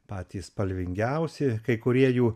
patys spalvingiausi kai kurie jų